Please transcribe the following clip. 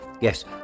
Yes